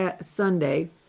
Sunday